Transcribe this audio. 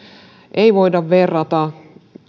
ei voida verrata